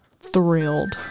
Thrilled